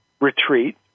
retreat